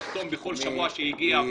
יחתום בכל שבוע שהוא הגיע?